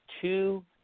two